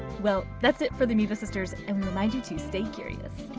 well, that's it for the amoeba sisters, and we remind you to stay curious!